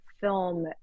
film